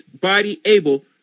body-able